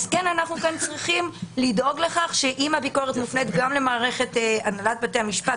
שאנחנו כאן צריכים לדאוג לכך שאם הביקורת מופנית גם בתי המשפט,